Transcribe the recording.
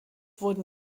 wurden